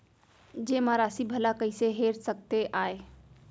जेमा राशि भला कइसे हेर सकते आय?